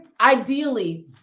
ideally